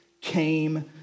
came